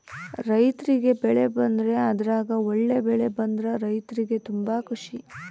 ರೈರ್ತಿಗೆ ಬೆಳೆ ಬಂದ್ರೆ ಅದ್ರಗ ಒಳ್ಳೆ ಬೆಳೆ ಬಂದ್ರ ರೈರ್ತಿಗೆ ತುಂಬಾ ಖುಷಿ